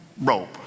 rope